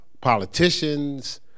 politicians